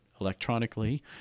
electronically